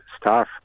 staff